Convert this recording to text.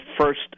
first